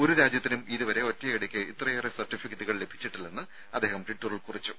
ഒരു രാജ്യത്തിനും ഇതുവരെ ഒറ്റയടിക്ക് ഇത്രയേറെ സർട്ടിഫിക്കറ്റ് ലഭിച്ചിട്ടില്ലെന്ന് അദ്ദേഹം ട്വിറ്ററിൽ കുറിച്ചു